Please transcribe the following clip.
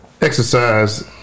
exercise